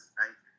right